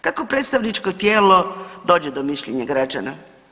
Kako predstavničko tijelo dođe do mišljenja građana?